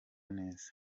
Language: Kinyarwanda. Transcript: neza